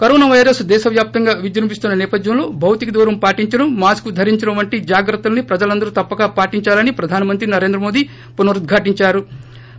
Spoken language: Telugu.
కరోనా పైరస్ దేశ వ్యాప్తంగా విజృంభిస్తున్న నేపథ్యంలో భౌతిక దూరం పాటించడం మాస్కు ధరించడం వంటి జాగ్రత్తల్ని ప్రజలందరూ తప్పక పాటిందాలని ప్రధానమంత్రి నరెంద్రమోది పునరుద్వాటించారు